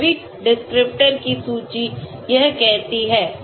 आणविक डिस्क्रिप्टर की सूची यह कहती है